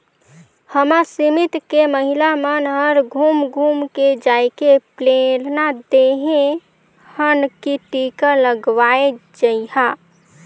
हमर समिति के महिला मन हर घुम घुम के जायके प्रेरना देहे हन की टीका लगवाये जइहा